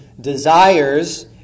desires